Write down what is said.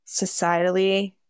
societally